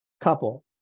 couple